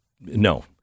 no